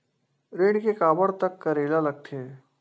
ऋण के काबर तक करेला लगथे?